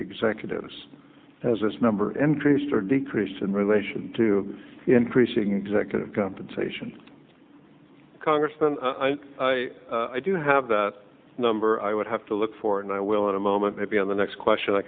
executives as this number increased or decreased in relation to increasing executive compensation congressman i do have a number i would have to look for and i will in a moment maybe on the next question i